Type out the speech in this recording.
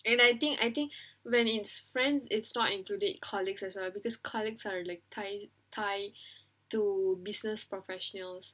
and I think I think when it's friends it's not included colleagues as well because colleagues are like ties tie to business professionals